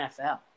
NFL